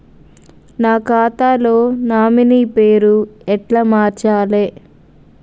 నా ఖాతా లో నామినీ పేరు ఎట్ల మార్చాలే?